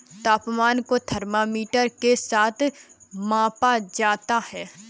तापमान को थर्मामीटर के साथ मापा जाता है